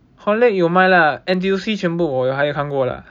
Horlick 有卖啦 N_T_U_C 全部我有还有看过啦